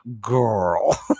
girl